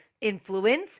influence